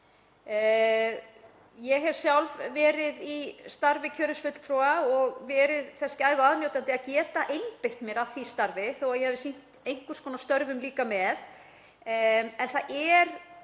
Ég hef sjálf verið í starfi kjörins fulltrúa og orðið þeirrar gæfu aðnjótandi að geta einbeitt mér að því starfi þótt ég hafi sinnt einhvers konar störfum líka með.